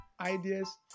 ideas